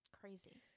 Crazy